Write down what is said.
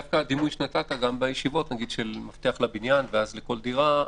דווקא הדימוי שנתת של המפתח לבניין ולכל דירה,